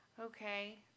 Okay